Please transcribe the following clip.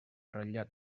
ratllat